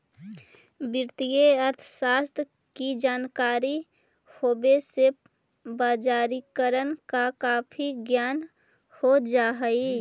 वित्तीय अर्थशास्त्र की जानकारी होवे से बजारिकरण का काफी ज्ञान हो जा हई